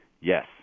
yes